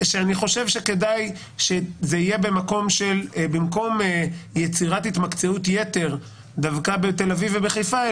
שאני חושב שכדאי במקום יצירת התמקצעות יתר דווקא בתל אביב ובחיפה,